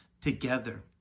together